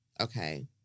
Okay